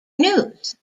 news